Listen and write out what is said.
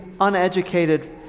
uneducated